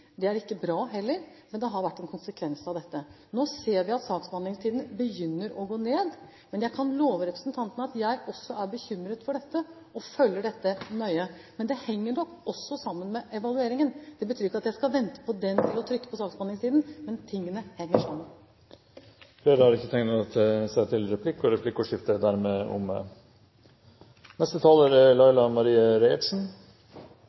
Det er heller ikke bra, men det har vært en konsekvens av dette. Nå ser vi at saksbehandlingstiden begynner å gå ned. Men jeg kan love representanten at jeg også er bekymret for dette og følger dette nøye. Men dette henger nok også sammen med evalueringen. Det betyr ikke at jeg skal vente med å «trykke på» saksbehandlingstiden. Men tingene henger sammen. Replikkordskiftet er dermed omme. De talere som heretter får ordet, har en taletid på inntil 3 minutter. Først og fremst er det positivt at regjeringa er